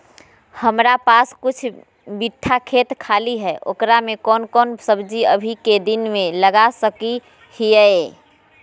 हमारा पास कुछ बिठा खेत खाली है ओकरा में कौन कौन सब्जी अभी के दिन में लगा सको हियय?